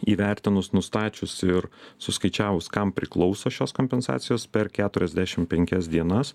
įvertinus nustačius ir suskaičiavus kam priklauso šios kompensacijos per keturiasdešim penkias dienas